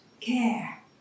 care